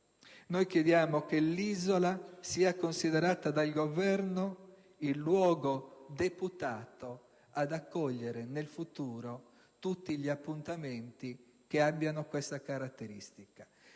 chiediamo che l'isola sia considerata dal Governo il luogo deputato ad accogliere nel futuro tutti gli appuntamenti che abbiano questa caratteristica.